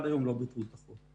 והחוק הוכיח את עצמו וטוב שכך.